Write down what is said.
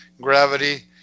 gravity